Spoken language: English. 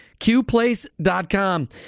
QPlace.com